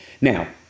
Now